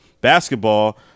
basketball